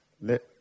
let